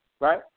right